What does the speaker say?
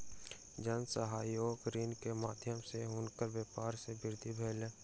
जन सहयोग ऋण के माध्यम सॅ हुनकर व्यापार मे वृद्धि भेलैन